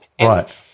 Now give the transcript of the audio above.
Right